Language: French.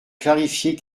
clarifier